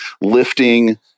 lifting